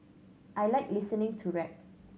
I like listening to rap